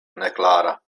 neklara